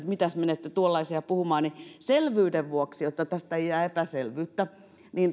että mitäs menette tuollaisia puhumaan selvyyden vuoksi jotta tästä ei jää epäselvyyttä